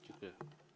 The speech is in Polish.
Dziękuję.